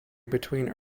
between